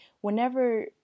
whenever